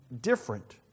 different